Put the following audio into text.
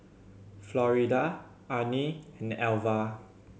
Florida Arnie and Alvah